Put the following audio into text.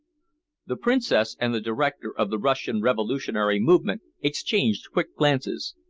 the princess and the director of the russian revolutionary movement exchanged quick glances.